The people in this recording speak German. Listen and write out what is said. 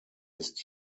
ist